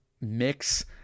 mix